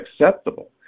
acceptable